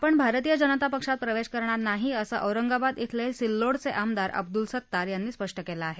आपण भारतीय जनता पक्षात प्रवेश करणार नाही असं औरंगाबाद इथले सिल्लोडचे आमदार अब्दुल सत्तार यांनी स्पष्ट केलं आहे